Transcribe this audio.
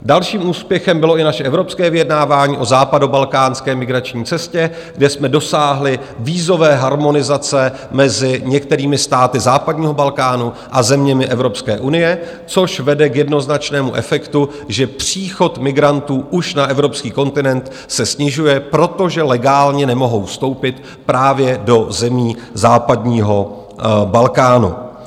Dalším úspěchem bylo i naše evropské vyjednávání o západobalkánské migrační cestě, kde jsme dosáhli vízové harmonizace mezi některými státy západního Balkánu a zeměmi Evropské unie, což vede k jednoznačnému efektu, že příchod migrantů už na evropský kontinent se snižuje, protože legálně nemohou vstoupit právě do zemí západního Balkánu.